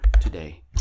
today